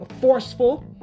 forceful